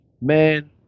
man